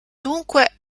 dunque